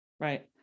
Right